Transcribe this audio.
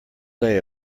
day